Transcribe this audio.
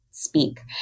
speak